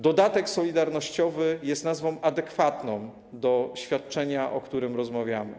Dodatek solidarnościowy jest nazwą adekwatną do świadczenia, o którym rozmawiamy.